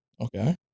Okay